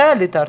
מתי עלית ארצה?